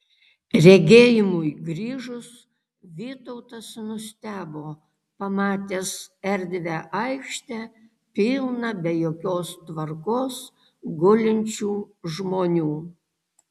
regėjimui grįžus vytautas nustebo pamatęs erdvią aikštę pilną be jokios tvarkos gulinčių žmonių